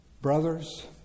Brothers